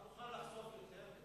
אתה מוכן לחשוף יותר?